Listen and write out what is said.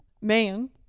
man